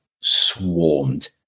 swarmed